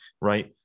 right